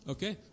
Okay